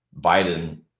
Biden